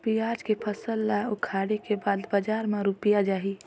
पियाज के फसल ला उखाड़े के बाद बजार मा रुपिया जाही?